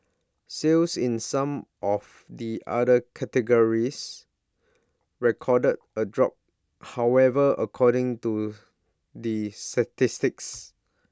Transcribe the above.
sales in some of the other categories recorded A drop however according to the statistics